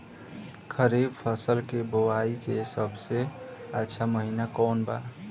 खरीफ फसल के बोआई के सबसे अच्छा महिना कौन बा?